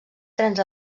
trens